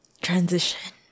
Transition